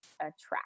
attract